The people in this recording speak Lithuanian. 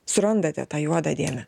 surandate tą juodą dėmę